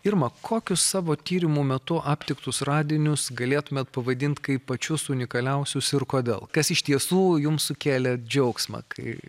irma kokius savo tyrimų metu aptiktus radinius galėtumėt pavadint kaip pačius unikaliausius ir kodėl kas iš tiesų jums sukėlė džiaugsmą kai